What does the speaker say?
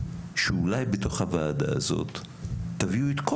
יכול מאוד להיות שאולי בוועדה הזאת תביאו את כל